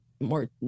more